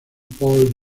paul